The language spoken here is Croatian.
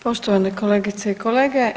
poštovane kolegice i kolege.